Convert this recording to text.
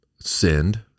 sinned